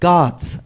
God's